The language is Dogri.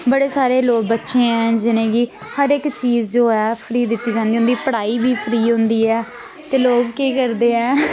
बड़े सारे लोक बच्चे हैन जिनेंगी हर इक चीज जो ऐ फ्री दित्ती जंदी ऐ उं'दी पढ़ाई बी फ्री होंदी ऐ ते लोक केह् करदे ऐ